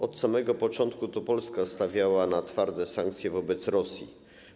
Od samego początku to Polska stawiała na twarde sankcje wobec Rosji.